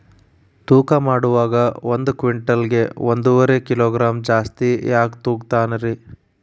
ತೂಕಮಾಡುವಾಗ ಒಂದು ಕ್ವಿಂಟಾಲ್ ಗೆ ಒಂದುವರಿ ಕಿಲೋಗ್ರಾಂ ಜಾಸ್ತಿ ಯಾಕ ತೂಗ್ತಾನ ರೇ?